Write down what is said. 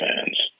fans